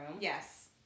Yes